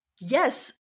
Yes